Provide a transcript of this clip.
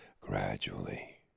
gradually